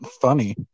funny